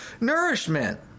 nourishment